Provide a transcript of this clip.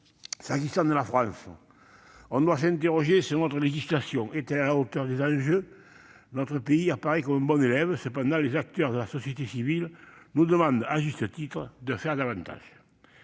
nous devons aussi nous interroger sur notre législation : est-elle à la hauteur des enjeux ? Notre pays apparaît comme un bon élève. Cependant, les acteurs de la société civile nous demandent, à juste titre, de faire davantage.